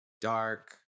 dark